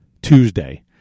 Tuesday